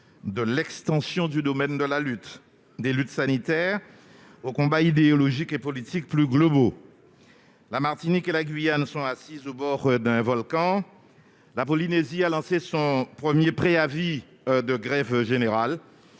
de l'extension du domaine de la lutte- des luttes sanitaires aux combats idéologiques et politiques plus globaux. La Martinique et la Guyane sont assises au bord d'un volcan. La Polynésie française a lancé son premier préavis de grève générale.